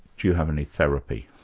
do you have any therapy?